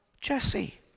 Jesse